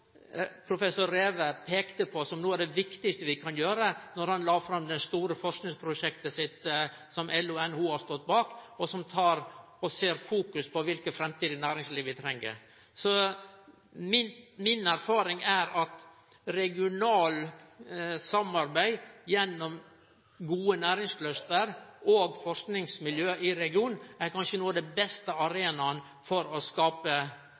det viktigaste vi kan gjere, da han la fram det store forskingsprosjektet sitt, som LO og NHO har stått bak, og som fokuserer på kva slags framtidig næringsliv vi treng. Erfaringa mi er at regionalt samarbeid gjennom gode næringscluster og forskingsmiljø i regionen kanskje er den beste arenaen for å skape